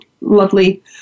lovely